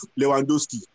Lewandowski